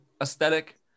aesthetic